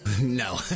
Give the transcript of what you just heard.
No